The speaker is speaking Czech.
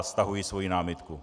Stahuji svoji námitku.